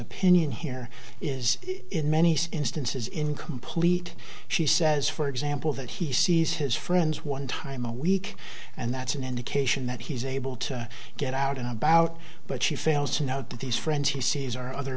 opinion here is in many instances incomplete she says for example that he sees his friends one time a week and that's an indication that he's able to get out and about but she fails to note that these friends he sees are other